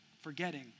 forgetting